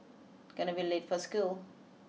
gonna be late for school